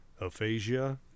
aphasia